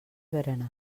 berenar